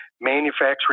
manufacturing